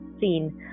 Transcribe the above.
seen